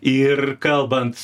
ir kalbant